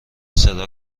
صدا